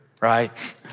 right